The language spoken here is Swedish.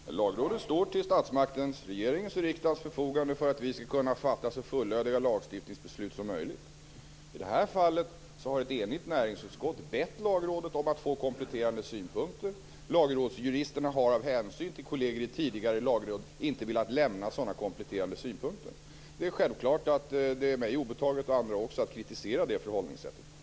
Fru talman! Lagrådet står till statsmaktens, regeringens och riksdagens, förfogande för att vi skall kunna fatta så fullödiga lagstiftningsbeslut som möjligt. I det här fallet har ett enigt näringsutskott bett Lagrådet att få kompletterande synpunkter. Lagrådsjuristerna har av hänsyn till kolleger i det tidigare Lagrådet inte velat lämna sådana kompletterande synpunkter. Det är självklart att det är mig obetaget, och andra också, att kritisera det förhållningssättet.